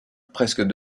presque